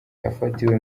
yafatiwe